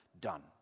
done